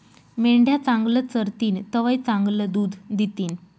मेंढ्या चांगलं चरतीन तवय चांगलं दूध दितीन